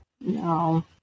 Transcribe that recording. no